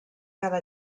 cada